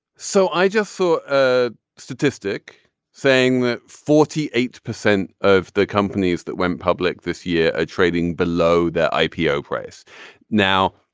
so i just saw a statistic saying that forty eight percent of the companies that went public this year are trading below that ipo price now